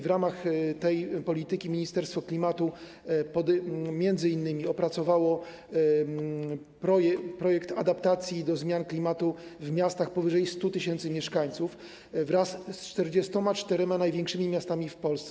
W ramach tej polityki Ministerstwo Klimatu m.in. opracowało projekt adaptacji do zmian klimatu w miastach powyżej 100 tys. mieszkańców wraz z 44 największymi miastami w Polsce.